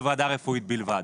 וועדה רפואית בלבד.